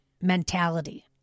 mentality